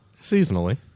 seasonally